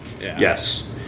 Yes